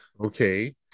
okay